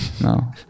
No